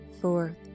fourth